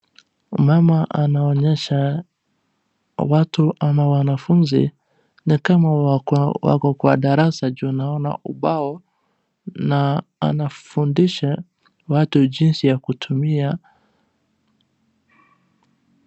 Mama anaonyesha watu ama wanafunzi, ni kama wako kwa darasa juu naona ubao, na anafundisha watu jinsi ya kutumia.